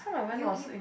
you you